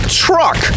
truck